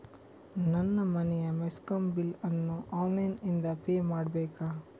ನನ್ನ ಮನೆಯ ಮೆಸ್ಕಾಂ ಬಿಲ್ ಅನ್ನು ಆನ್ಲೈನ್ ಇಂದ ಪೇ ಮಾಡ್ಬೇಕಾ?